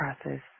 process